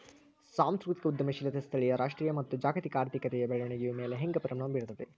ಸಾಂಸ್ಕೃತಿಕ ಉದ್ಯಮಶೇಲತೆ ಸ್ಥಳೇಯ ರಾಷ್ಟ್ರೇಯ ಮತ್ತ ಜಾಗತಿಕ ಆರ್ಥಿಕತೆಯ ಬೆಳವಣಿಗೆಯ ಮ್ಯಾಲೆ ಹೆಂಗ ಪ್ರಭಾವ ಬೇರ್ತದ